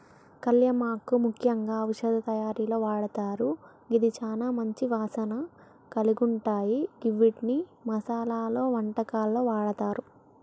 కళ్యామాకు ముఖ్యంగా ఔషధ తయారీలో వాడతారు గిది చాల మంచి వాసన కలిగుంటాయ గివ్విటిని మసాలలో, వంటకాల్లో వాడతారు